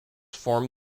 form